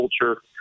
culture